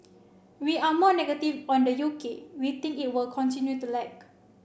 we are more negative on the U K we think it will continue to lag